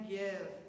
give